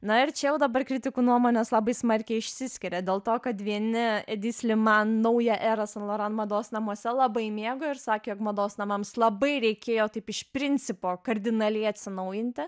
na ir čia jau dabar kritikų nuomonės labai smarkiai išsiskiria dėl to kad vieni edi sliman naują erą san loran mados namuose labai mėgo ir sakė og mados namams labai reikėjo taip iš principo kardinaliai atsinaujinti